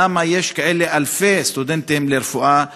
למה יש אלפי סטודנטים לרפואה ברומניה,